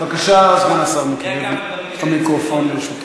בבקשה, סגן השר מיקי לוי, המיקרופון לרשותך.